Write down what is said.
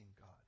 God